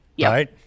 right